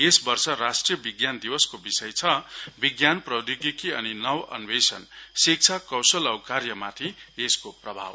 यस वर्ष राष्ट्रिय विज्ञान दिवसको विषय छ विज्ञान प्रौधोगिकी अनि नवोन्वेशन शिक्षा कौशल औ कार्यमाथि यसको प्रभव